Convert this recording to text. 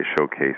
showcase